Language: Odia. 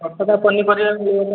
ତଟକା ପନିପରିବା ମିଳିବ ତ